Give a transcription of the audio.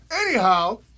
Anyhow